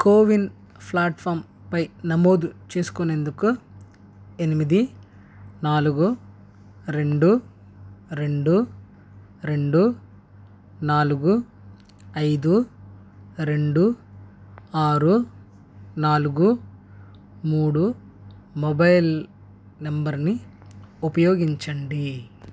CoWIN ఫ్లాట్ఫామ్పై నమోదు చేసుకునేందుకు ఎనిమిది నాలుగు రెండు రెండు రెండు నాలుగు ఐదు రెండు ఆరు నాలుగు మూడు మొబైల్ నంబరుని ఉపయోగించండి